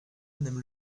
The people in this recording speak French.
madame